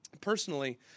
Personally